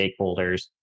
stakeholders